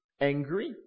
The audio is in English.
angry